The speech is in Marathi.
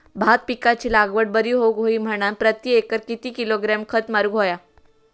भात पिकाची लागवड बरी होऊक होई म्हणान प्रति एकर किती किलोग्रॅम खत मारुक होया?